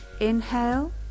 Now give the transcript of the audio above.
Inhale